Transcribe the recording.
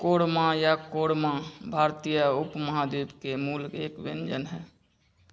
कोरमा या क़ोरमा भारतीय उपमहाद्वीप के मूल एक व्यंजन है